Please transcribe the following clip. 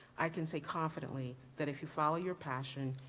i can say confidently that if you follow your passion,